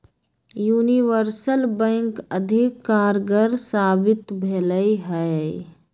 universal bank अधिक कारगर साबित भेलइ ह